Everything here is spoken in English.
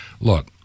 look